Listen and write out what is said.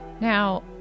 Now